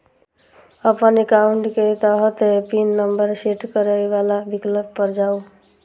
अपन एकाउंट के तहत पिन नंबर सेट करै बला विकल्प पर जाउ